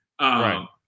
Right